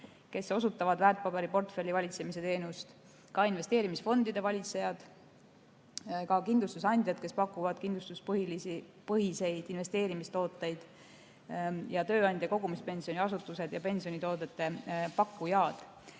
kes osutavad väärtpaberiportfelli valitsemise teenust, samuti investeerimisfondide valitsejad, kindlustusandjad, kes pakuvad kindlustuspõhiseid investeerimistooteid, ja tööandja kogumispensioni asutused ning pensionitoodete pakkujad.